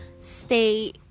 stay